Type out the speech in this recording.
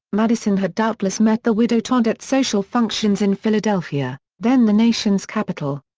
madison had doubtless met the widow todd at social functions in philadelphia, then the nation's capital.